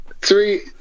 Three